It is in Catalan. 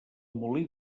molí